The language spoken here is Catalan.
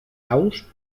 aus